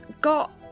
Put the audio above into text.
got